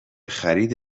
خرید